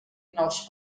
nous